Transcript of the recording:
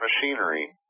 machinery